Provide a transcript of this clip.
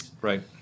Right